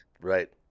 Right